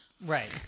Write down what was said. Right